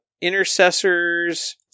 intercessors